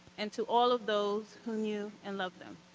and to all of those who knew and loved them.